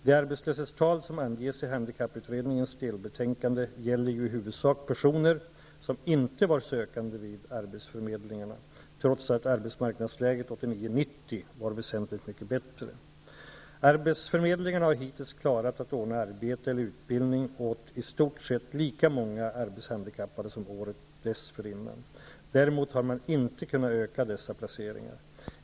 De arbetslöshetstal som anges i handikapputredningens delbetänkande gäller ju i huvudsak personer, som inte var sökande vid arbetsförmedlingarna, trots att arbetsmarknadsläget 1989--1990 var väsentligt mycket bättre. Arbetsförmedlingarna har hittills klarat att ordna arbete eller utbildning åt i stort sett lika många arbetshandikappade som året dessförinnan. Däremot har man inte kunnat öka dessa placeringar.